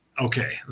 Okay